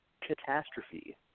catastrophe